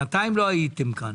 שנתיים לא הייתם פה.